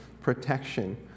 protection